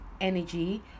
energy